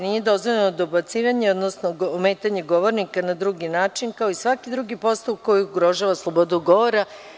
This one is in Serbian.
Nije dozvoljeno dobacivanje, odnosno ometanje govornika na drugi način, kao i svaki drugi postupak koji ugrožava slobodu govora.